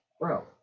Bro